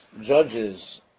judges